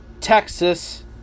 Texas